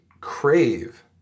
crave